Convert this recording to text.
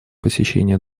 посещение